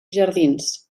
jardins